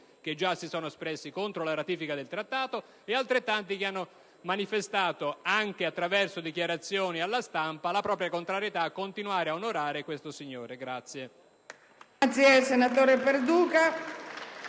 che già si sono espressi contro la recente ratifica del Trattato tra Italia e Libia e altrettanti che hanno manifestato, anche attraverso dichiarazioni alla stampa, la propria contrarietà a continuare ad onorare questo signore.